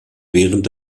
während